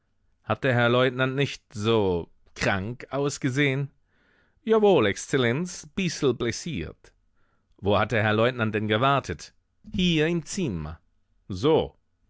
hat der herr leutnant nicht so krank ausgesehen jawohl exzellenz bissel blessiert wo hat der herr leutnant denn gewartet hier im zimmer so